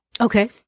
Okay